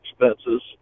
expenses